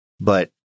but-